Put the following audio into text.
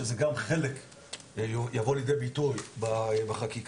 שזה גם חלק ממה שיבוא לידי ביטוי בחקיקה,